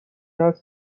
هست